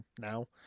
now